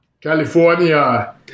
California